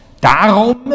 Darum